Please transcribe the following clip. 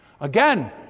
Again